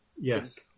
Yes